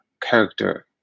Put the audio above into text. character